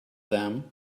them